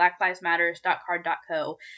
blacklivesmatters.card.co